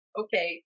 okay